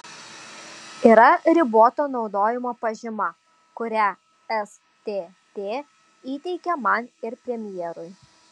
yra riboto naudojimo pažyma kurią stt įteikė man ir premjerui